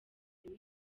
itewe